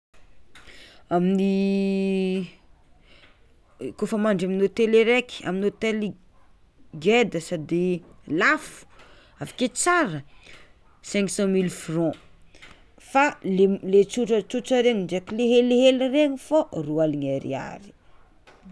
Amin'ny kôfa mandry amin'ny hôtely araiky amin'ny hôtely ngeda sady lafo avakeo tsara cinq cent mille franc fa le le tsotratsotra regny ndraiky le helihely regny fô roa aligny ariary.